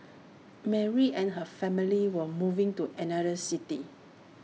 Mary and her family were moving to another city